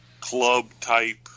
club-type